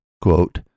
quote